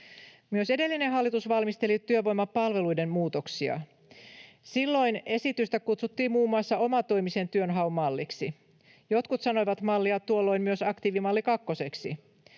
Myös edellinen hallitus valmisteli työvoimapalveluiden muutoksia. Silloin esitystä kutsuttiin muun muassa omatoimisen työnhaun malliksi. Jotkut sanoivat mallia tuolloin myös aktiivimalli